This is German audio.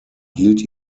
hielt